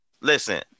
listen